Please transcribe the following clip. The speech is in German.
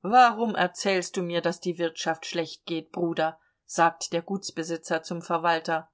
warum erzählst du mir daß die wirtschaft schlecht geht bruder sagt der gutsbesitzer zum verwalter